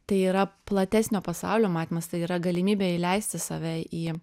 tai yra platesnio pasaulio matymas tai yra galimybė įleisti save į